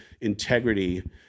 integrity